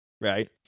right